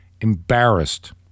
embarrassed